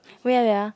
wait ah wait ah